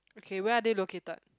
okay where are they located